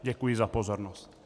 Děkuji za pozornost.